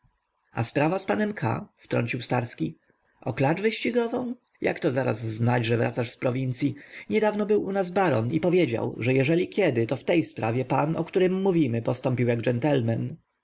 a sprawa z panem k wtrącił starski o klacz wyścigową jak to zaraz znać że wracasz z prowincyi niedawno był u nas baron i powiedział że jeżeli kiedy to w tej sprawie pan o którym mówimy postąpił jak